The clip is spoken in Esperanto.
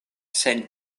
sen